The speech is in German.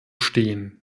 stehen